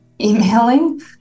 emailing